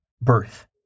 birth